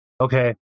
Okay